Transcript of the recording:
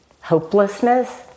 hopelessness